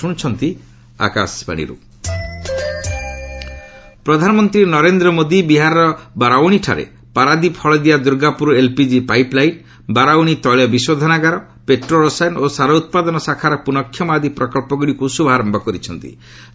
PM Bihar ପ୍ରଧାନମନ୍ତ୍ରୀ ନରେନ୍ଦ୍ର ମୋଦି ବିହାରର ବାରାଉଣୀଠାରେ ପାରାଦ୍ୱୀପ ହଳଦିଆ ଦୁର୍ଗାପୁର ଏଲ୍ପିଜି ପାଇପ୍ଲାଇନ୍ ବାରାଉଣୀ ତୈଳ ବିଶୋଧନାଗାର ପେଟ୍ରୋରସାୟନ ଓ ସାର ଉତ୍ପାଦନ ଶାଖାର ପୁନଃକ୍ଷମ ଆଦି ପ୍ରକଳ୍ପଗୁଡ଼ିକୁ ଶୁଭାରମ୍ଭ କରିଚ୍ଚନ୍ତି